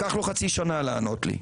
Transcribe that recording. לקח לו חצי שנה לענות לי.